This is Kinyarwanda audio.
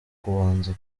kubanza